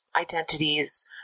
identities